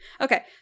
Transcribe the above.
Okay